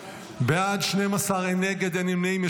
בעד, 12, אין נגד, אין נמנעים.